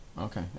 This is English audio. Okay